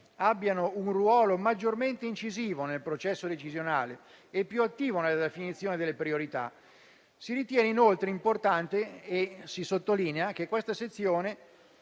abbiano un ruolo maggiormente incisivo nel processo decisionale e più attivo nella definizione delle priorità. Si ritiene inoltre importante sottolineare che questa sezione